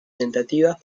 tentativas